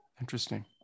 Interesting